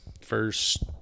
First